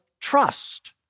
trust